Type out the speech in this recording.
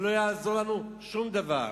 ולא יעזור לנו שום דבר.